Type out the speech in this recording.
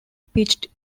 pitched